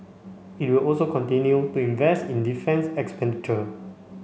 it will also continue to invest in defence expenditure